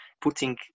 putting